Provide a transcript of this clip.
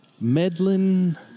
Medlin